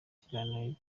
kiganiro